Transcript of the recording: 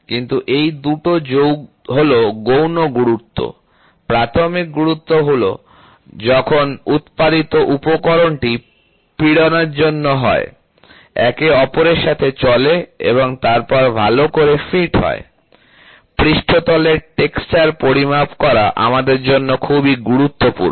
কিন্তু এই দুটো হল গৌণ গুরুত্ব প্রাথমিক গুরুত্ব হল যখন উত্পাদিত উপকরণ টি পীড়ন এর জন্য হয় একে অপরের সাথে চলে এবং তারপরে ভালো করে ফিট হয় পৃষ্ঠতলের টেক্সচার পরিমাপ করা আমাদের জন্য খুবই গুরুত্বপূর্ণ